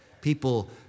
people